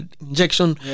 injection